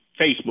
Facebook